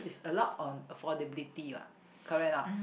a lot on affordability [what] correct or not